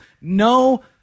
No